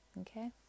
Okay